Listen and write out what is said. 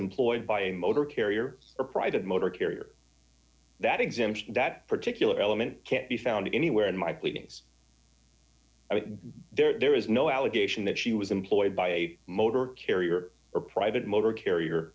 employed by a motor carrier or pride of motor carrier that exemption that particular element can't be found anywhere in my pleadings i mean there is no allegation that she was employed by a motor carrier or private motor carrier